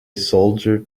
soldier